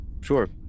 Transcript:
sure